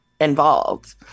involved